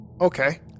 Okay